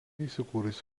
įsikūrusi